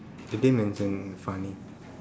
did they mention funny